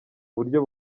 buryo